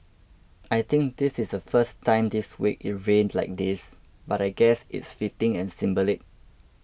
I think this is the first time this week it rained like this but I guess it's fitting and symbolic